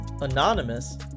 Anonymous